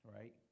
right